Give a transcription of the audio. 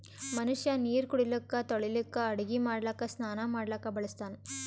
ಮನಷ್ಯಾ ನೀರು ಕುಡಿಲಿಕ್ಕ ತೊಳಿಲಿಕ್ಕ ಅಡಗಿ ಮಾಡ್ಲಕ್ಕ ಸ್ನಾನಾ ಮಾಡ್ಲಕ್ಕ ಬಳಸ್ತಾನ್